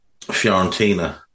Fiorentina